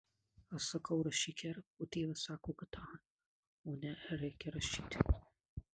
aš sakau rašyk r o tėvas sako kad a o ne r reikia rašyti